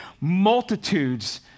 multitudes